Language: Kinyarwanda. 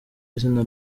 izina